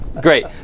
Great